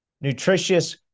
nutritious